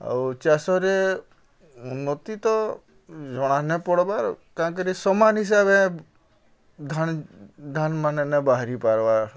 ଆଉ ଚାଷ୍ରେ ଉନ୍ନତି ତ ଜଣା ନାଇ ପଡ଼୍ବାର୍ କାଁ'କରି ସମାନ୍ ହିସାବେ ଧାନ୍ମାନେ ନାଇ ବାହାରି ପାର୍ବାର୍